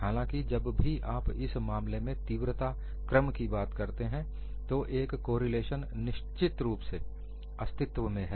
हालांकि जब भी आप इस मामले में तीव्रता क्रम की बात करते हैं तो एक कोरिलेशन निश्चित रूप से अस्तित्व में है